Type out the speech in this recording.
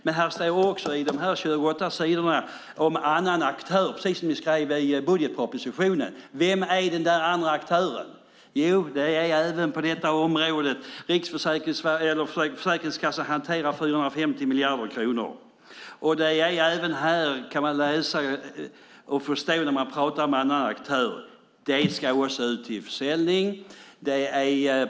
På de här 28 sidorna står det också om en annan aktör, precis som ni skrev i budgetpropositionen. Vem är den där andra aktören? Jo, det är även på detta område Försäkringskassan som hanterar 450 miljarder kronor. Även här kan man läsa och förstå när det pratas om en annan aktör att det också ska ut till försäljning.